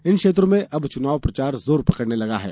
इन क्षेत्रो में अब चुनाव प्रचार जोर पकड़ने लगा है